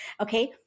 Okay